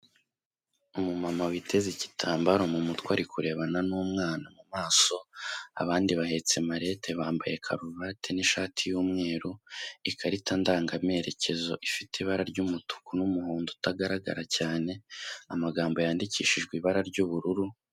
Umumama witeze igitambaro mu mutwe ari kurebana n'umwana mu maso, abandi bahetse marete, bambaye karuvati n'ishati y'umweru, ikarita ndangamerekezo ifite ibara ry'umutuku n'umuhondo utagaragara cyane, amagambo yandikishijwe ibara ry'ubururu.